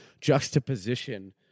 juxtaposition